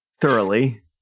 thoroughly